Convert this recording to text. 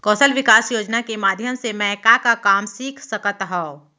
कौशल विकास योजना के माधयम से मैं का का काम सीख सकत हव?